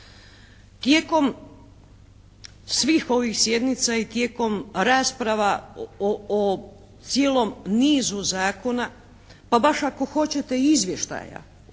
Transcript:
Tijekom svih ovih sjednica i tijekom rasprava o cijelom nizu zakona, pa baš ako hoćete i izvještaja od